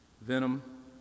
Venom